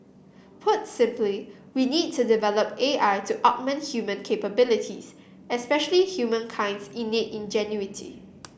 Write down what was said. put simply we needs to develop A I to augment human capabilities especially humankind's innate ingenuity